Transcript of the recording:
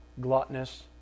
gluttonous